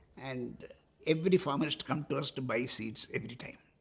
and every farmer has to come to us to buy seeds every time.